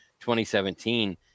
2017